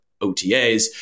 OTAs